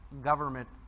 government